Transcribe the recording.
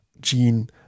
gene